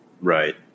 Right